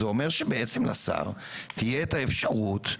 זה אומר שלמעשה לשר תהיה את האפשרות,